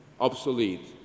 obsolete